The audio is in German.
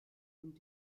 und